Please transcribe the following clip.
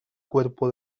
cuerpo